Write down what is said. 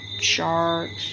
sharks